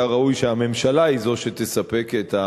היה ראוי שהממשלה היא זו שתספק את,